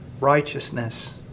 righteousness